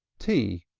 t!